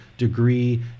degree